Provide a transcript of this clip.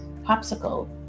popsicle